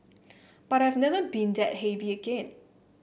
but I have never been that heavy again